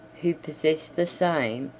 who possessed the same,